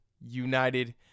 United